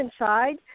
inside